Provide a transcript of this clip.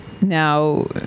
now